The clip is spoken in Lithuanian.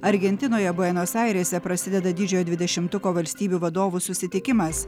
argentinoje buenos airėse prasideda didžiojo dvidešimtuko valstybių vadovų susitikimas